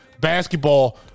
basketball